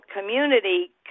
community